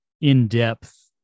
in-depth